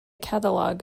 catalog